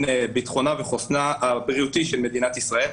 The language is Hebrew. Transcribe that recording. ביטחונה וחוסנה הבריאותי של מדינת ישראל.